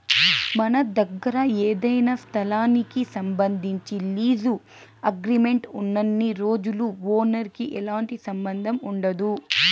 మన దగ్గర ఏదైనా స్థలానికి సంబంధించి లీజు అగ్రిమెంట్ ఉన్నన్ని రోజులు ఓనర్ కి ఎలాంటి సంబంధం ఉండదు